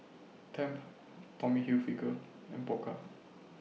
Tempt Tommy Hilfiger and Pokka